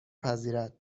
پذیرد